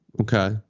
okay